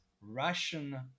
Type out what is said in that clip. russian